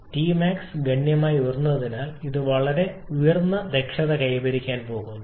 Tmax ഗണ്യമായി ഉയർന്നതിനാൽ ഇത് വളരെ ഉയർന്ന ദക്ഷത കൈവരിക്കാൻ പോകുന്നു